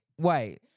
Wait